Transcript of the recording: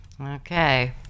okay